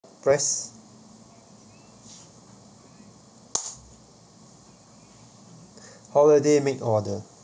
press holiday make order